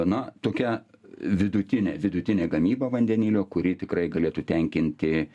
na tokia vidutinė vidutinė gamyba vandenilio kuri tikrai galėtų tenkinti